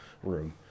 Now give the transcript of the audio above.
Room